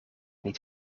niet